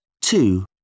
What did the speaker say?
two